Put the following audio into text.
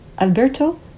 Alberto